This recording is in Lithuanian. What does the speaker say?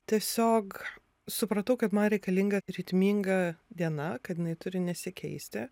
tiesiog supratau kad man reikalinga ritminga diena kad jinai turi nesikeisti